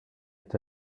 est